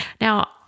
Now